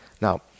Now